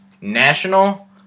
National